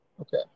Okay